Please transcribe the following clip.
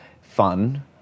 Fun